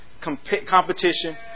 competition